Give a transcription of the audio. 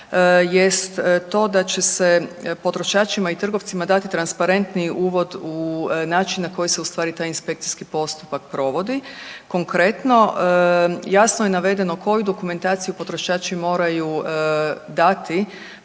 jest to da će se potrošačima i trgovcima dati transparentniji uvod u način na koji se u stvari taj inspekcijski postupak provodi. Konkretno, jasno je navedeno koju dokumentaciju potrošači moraju dati